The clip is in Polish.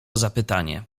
zapytanie